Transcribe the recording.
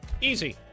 easy